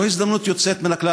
זו הזדמנות יוצאת מן הכלל,